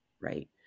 right